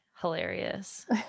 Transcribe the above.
hilarious